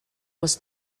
was